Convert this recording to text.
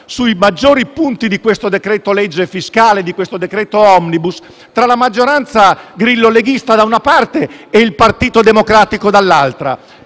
sui maggiori punti di questo decreto-legge *omnibus* tra la maggioranza grillo-leghista, da una parte, e il Partito Democratico, dall'altra.